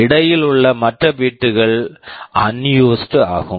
இடையில் உள்ள மற்ற பிட் bit கள் அன்யூஸ்ட் unused ஆகும்